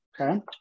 Okay